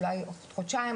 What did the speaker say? אולי עוד חודשיים,